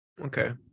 Okay